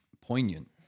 poignant